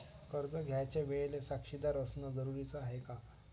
कर्ज घ्यायच्या वेळेले साक्षीदार असनं जरुरीच हाय का?